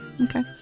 Okay